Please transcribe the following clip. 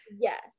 yes